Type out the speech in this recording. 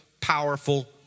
powerful